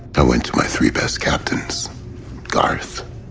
i went to my three best captains garth,